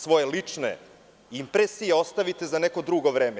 Svoje lične impresije ostavite za neko drugo vreme.